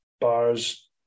Bars